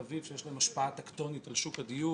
אביב שיש להן השפעה טקטונית על שוק הדיור.